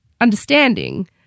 understanding